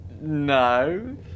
No